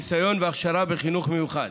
ניסיון והכשרה בחינוך מיוחד,